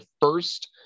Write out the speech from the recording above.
first